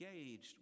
engaged